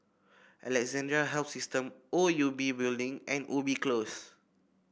Alexandra Health System O U B Building and Ubi Close